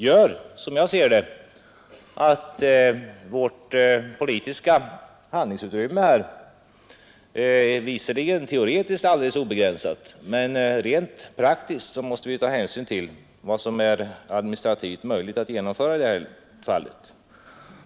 Visserligen är vårt politiska handlingsutrymme teoretiskt helt obegränsat, men som jag ser det måste vi rent praktiskt ta hänsyn till vad som är administrativt möjligt att genomföra.